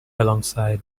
alongside